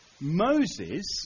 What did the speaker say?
Moses